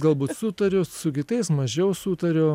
galbūt sutariu su kitais mažiau sutariu